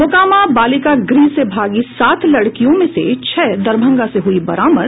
मोकामा बालिका गृह से भागी सात लड़कियों में से छह दरभंगा से हुयी बरामद